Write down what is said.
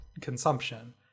consumption